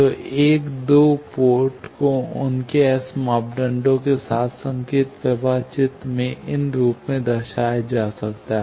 तो एक दो पोर्ट को उनके एस मापदंडों के साथ संकेत प्रवाह चित्र में इन के रूप में दर्शाया जा सकता है